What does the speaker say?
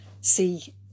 see